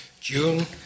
June